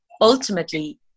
Ultimately